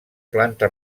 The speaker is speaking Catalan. planta